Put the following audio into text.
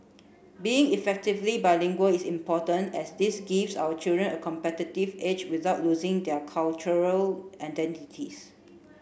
being effectively bilingual is important as this gives our children a competitive edge without losing their cultural identities